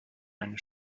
eine